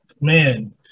man